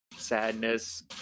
sadness